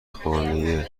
خانه